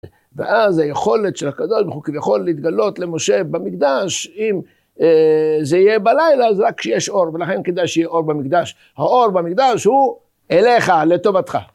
ואז היכולת של הקדוש ברוך הוא כביכול להתגלות למשה במקדש, אם זה יהיה בלילה, אז רק כשיש אור, ולכן כדאי שיהיה אור במקדש. האור במקדש הוא אליך, לטובתך.